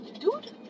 Dude